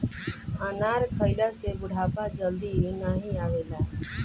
अनार खइला से बुढ़ापा जल्दी नाही आवेला